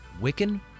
Wiccan